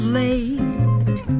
late